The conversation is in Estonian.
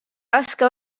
raske